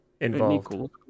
involved